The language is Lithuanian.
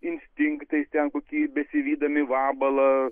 instinktais ten kokiais besivydami vabalą